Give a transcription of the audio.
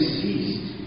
ceased